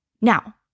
Now